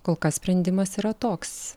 kol kas sprendimas yra toks